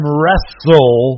wrestle